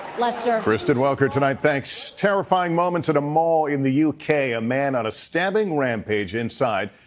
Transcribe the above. lester? kristen welker tonight, thanks. terrifying moments at a mall in the u k. a man on a stabbing rampage inside.